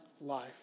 life